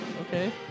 Okay